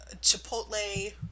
Chipotle